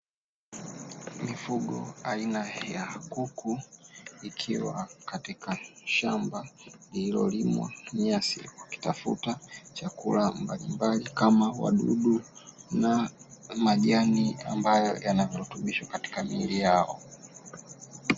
Mifugo aina ya kuku ikiwa katika shamba lililolimwa nyasi wakitafuta chakula mbalimbali, kama vile wadudu na majani ambayo yanaongeza virutubisho katika miili yao.